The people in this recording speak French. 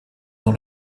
dans